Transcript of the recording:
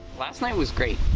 last night was great.